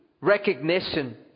recognition